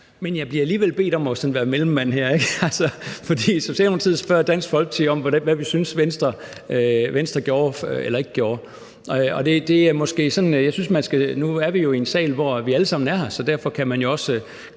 Men jeg bliver alligevel bedt om sådan at være mellemmand her, ikke? For Socialdemokratiet spørger Dansk Folkeparti om, hvad vi synes Venstre gjorde eller ikke gjorde. Og nu er vi jo i en sal, hvor vi alle sammen er her, så derfor kan man jo også